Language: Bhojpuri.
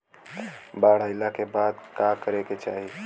बाढ़ आइला के बाद का करे के चाही?